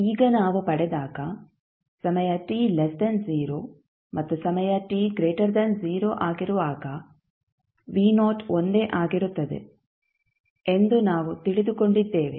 ಈಗ ನಾವು ಪಡೆದಾಗ ಸಮಯ t 0 ಮತ್ತು ಸಮಯ t 0 ಆಗಿರುವಾಗ ಒಂದೇ ಆಗಿರುತ್ತದೆ ಎಂದು ನಾವು ತಿಳಿದುಕೊಂಡಿದ್ದೇವೆ